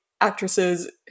actresses